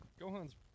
Gohan's